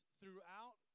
throughout